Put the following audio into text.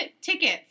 tickets